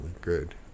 good